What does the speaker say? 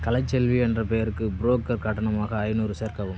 கலைச்செல்வி என்ற பெயருக்கு புரோக்கர் கட்டணமாக ஐநூறு சேர்க்கவும்